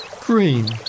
Green